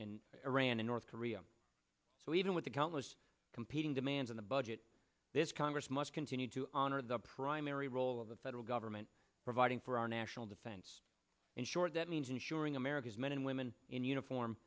and iran and north korea so even with the countless competing demands on the budget this congress must continue to honor the primary role of the federal government providing for our national defense in short that means ensuring america's men and women in uniform